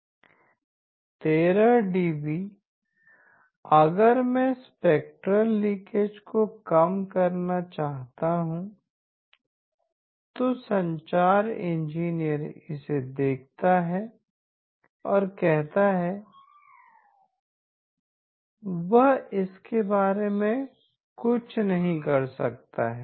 13 dB अगर मैं spectral leakage को कम करना चाहता हूं तो संचार इंजीनियर इसे देखता है और कहता है वह इसके बारे में कुछ नहीं कर सकता है